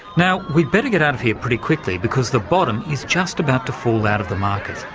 now we'd better get out of here pretty quickly, because the bottom is just about to fall out of the market,